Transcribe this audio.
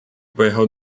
pojechał